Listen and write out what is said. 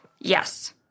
Yes